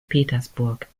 petersburg